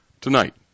Tonight